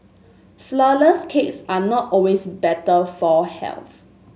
flourless cakes are not always better for health